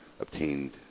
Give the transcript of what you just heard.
obtained